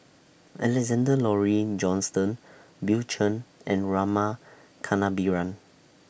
Alexander Laurie Johnston Bill Chen and Rama Kannabiran